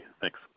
Thanks